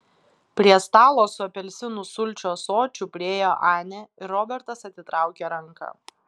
prie stalo su apelsinų sulčių ąsočiu priėjo anė ir robertas atitraukė ranką